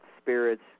spirits